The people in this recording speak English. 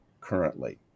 currently